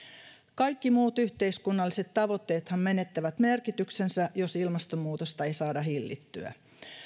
kaikki muut yhteiskunnalliset tavoitteethan menettävät merkityksensä jos ilmastonmuutosta ei saada hillittyä